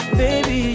baby